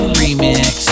remix